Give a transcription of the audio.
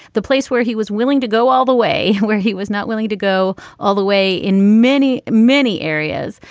the place where he was willing to go all the way where he was not willing to go all the way in many many areas.